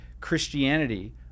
Christianity